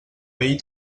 vell